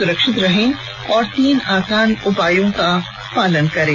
सुरक्षित रहें और तीन आसान उपायों का पालन करें